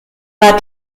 war